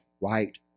right